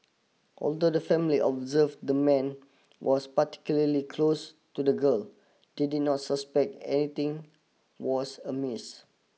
although the family observed the man was particularly close to the girl they did not suspect anything was amiss